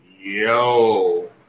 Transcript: yo